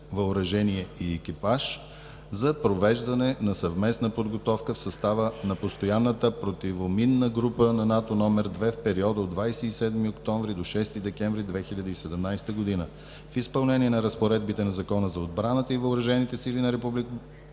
въоръжение и екипаж за провеждане на съвместна подготовка в състава на Постоянната противоминна група на НАТО № 2 в периода от 27 октомври до 6 декември 2017 г. В изпълнение на разпоредбите на Закона за отбраната и въоръжените сили на